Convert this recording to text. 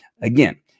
Again